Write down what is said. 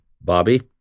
Bobby